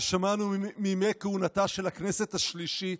ששמענו בימי כהונתה של הכנסת השלישית,